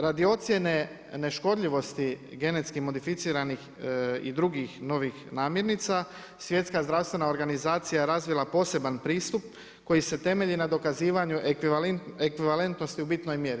Radi ocjene neškodljivosti genetske modificiranih i drugih novih namjernica, Svjetska zdravstvena organizacija je razvila poseban pristup, koji se temelji na dokazivanju ekvivalentnosti u bitnoj mjeri.